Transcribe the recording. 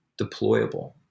deployable